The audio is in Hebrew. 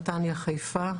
נתניה, חיפה,